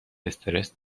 استرس